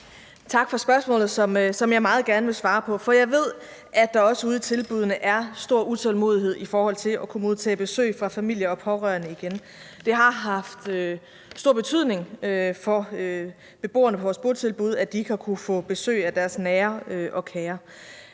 Tak for spørgsmålet, som jeg meget gerne vil svare på, for jeg ved, at der også ude i botilbuddene er stor utålmodighed i forhold til at kunne modtage besøg fra familie og pårørende igen. Det har haft stor betydning for beboerne på vores botilbud, at de ikke har kunnet få besøg af deres nære og kære.